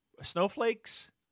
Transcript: Snowflakes